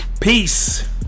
peace